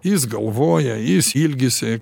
jis galvoja jis ilgisi